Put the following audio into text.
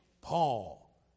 Paul